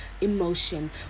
emotion